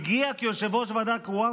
כשהוא הגיע כיושב-ראש הוועדה הקרואה,